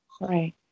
Right